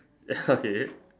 ya okay